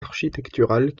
architecturales